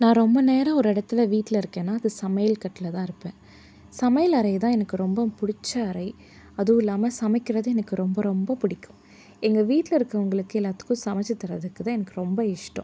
நான் ரொம்ப நேரம் ஒரு இடத்துல வீட்டில் இருக்கேன்னா அது சமையல் கட்டில்தான் இருப்பேன் சமையல் அறை தான் எனக்கு ரொம்ப பிடிச்ச அறை அதுவும் இல்லாமல் சமைக்கிறது எனக்கு ரொம்ப ரொம்ப பிடிக்கும் எங்கள் வீட்டில் இருக்கிறவங்களுக்கு எல்லாத்துக்கும் சமைச்சி தரதுக்கு தான் எனக்கு ரொம்ப இஷ்டம்